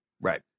Right